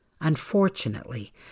Unfortunately